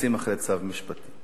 הורסים אחרי צו משפטי,